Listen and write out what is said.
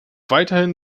weiterhin